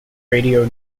radio